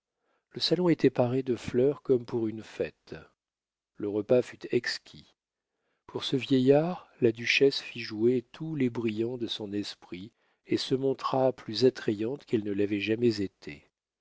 le salon était paré de fleurs comme pour une fête le repas fut exquis pour ce vieillard la duchesse fit jouer tous les brillants de son esprit et se montra plus attrayante qu'elle ne l'avait jamais été